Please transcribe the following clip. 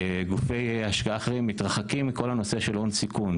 גופי השקעה אחרים מתרחקים מכל הנושא של הון סיכון.